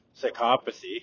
psychopathy